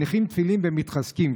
מניחים תפילין ומתחזקים,